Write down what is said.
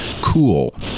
cool